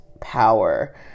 power